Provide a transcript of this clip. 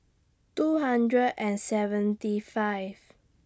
two hundred and seventy five